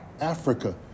Africa